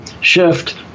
shift